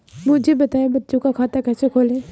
मुझे बताएँ बच्चों का खाता कैसे खोलें?